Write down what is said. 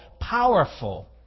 powerful